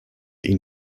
ihnen